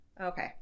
Okay